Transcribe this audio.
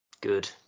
Good